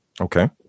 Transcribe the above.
Okay